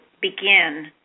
begin